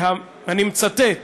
אני מצטט,